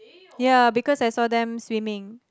ya because I saw them swimming